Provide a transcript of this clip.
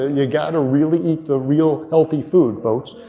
you gotta really eat the real healthy food folks.